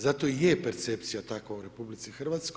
Zato je i percepcija takva u RH.